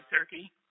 turkey